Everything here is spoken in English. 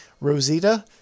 Rosita